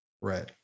Right